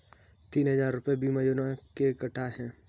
तीन हजार रूपए बीमा योजना के कटा है